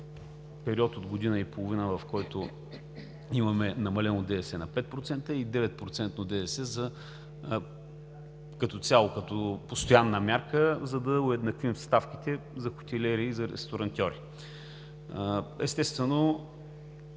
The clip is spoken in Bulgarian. период от година и половина, в който имаме намалено ДДС на 5% и 9%-но ДДС като цяло, като постоянна мярка, за да уеднаквим ставките за хотелиери и ресторантьори. Естествено,